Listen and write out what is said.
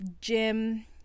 gym